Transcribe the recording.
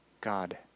God